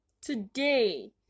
today